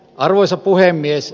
arvoisa puhemies